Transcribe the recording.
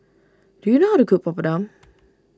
do you know how to cook Papadum